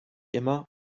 immer